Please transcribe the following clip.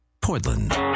Portland